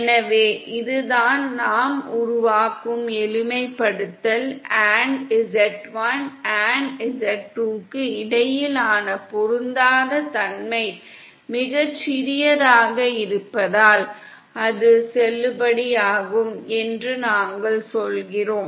எனவே இதுதான் நாம் உருவாக்கும் எளிமைப்படுத்தல் z1 z2 க்கு இடையிலான பொருந்தாத தன்மை மிகச் சிறியதாக இருப்பதால் அது செல்லுபடியாகும் என்று நாங்கள் சொல்கிறோம்